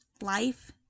life